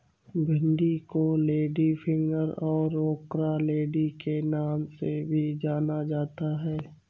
भिन्डी को लेडीफिंगर और ओकरालेडी के नाम से भी जाना जाता है